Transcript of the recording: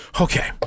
Okay